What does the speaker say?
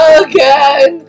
again